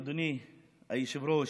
אדוני היושב-ראש,